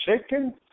chicken